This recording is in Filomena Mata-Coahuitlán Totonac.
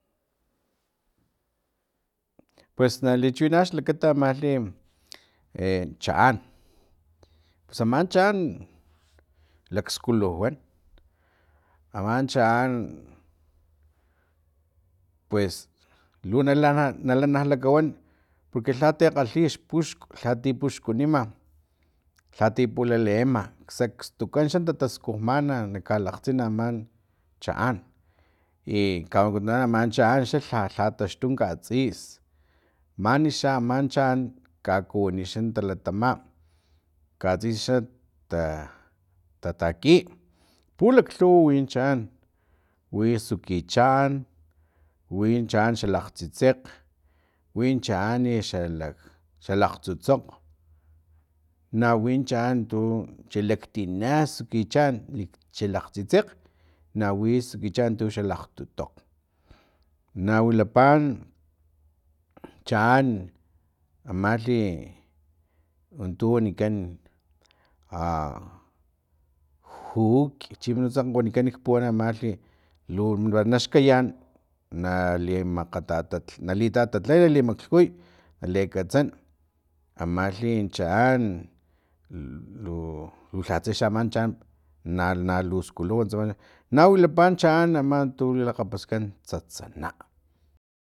Pues na li chiwinana xlakata amalhi e chaan pus aman chaan lakskuluwan aman chaan pues lu nalana nalanalakawan porque lhati kgalhix xpuxk lhati puxkunima lhati pulileama sakstukan xa tataskujmana na kalakgtsin aman chaan i kawanikutunan aman chaan lha lha taxtun katsis manixa aman chaan kakuwini xan talatama katsisa xa tataki pulaklhuw win chaan wi sukuchaan wi chaan xalakgtsitsekg win chaan xalak tsutsokg nawin chaan tu xalaktina sukichaan i xalakg tsitsekg nawi sukichaan tu xalakgtutokg nawilapa chaan amalhi untu wanikan a juk nuntsa wanikan puwan amalhi lu naxkayan nali makga nali tatatlay li maklhkuy nali akatsan amalhi chaan lu lhatse xa aman chaan na na lu skuluw tsama na wilapa chaan ama tu lilakgapaskan tsatsana